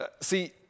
See